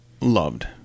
loved